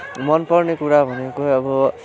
मन पर्ने कुरा भनेकै अब